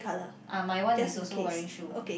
uh my one is also wearing shoe